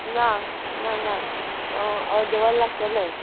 ना ना ना अर्दवर लागतले